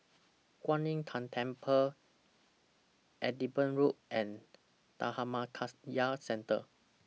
Kuan Im Tng Temple Edinburgh Road and Dhammakaya Centre